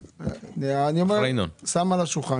אני שם את זה על השולחן,